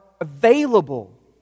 available